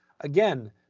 again